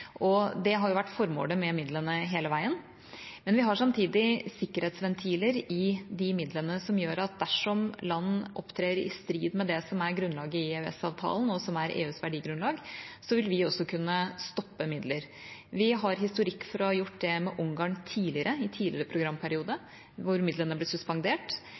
og det har jo vært formålet med midlene hele veien. Men vi har samtidig sikkerhetsventiler i de midlene som gjør at dersom land opptrer i strid med det som er grunnlaget i EØS-avtalen, og det som er EUs verdigrunnlag, vil vi også kunne stoppe midler. Vi har historikk for å ha gjort det med Ungarn tidligere, i tidligere programperiode, da midlene ble suspendert.